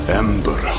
ember